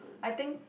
I think